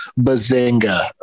Bazinga